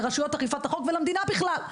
לרשויות אכיפת החוק ולמדינה בכלל,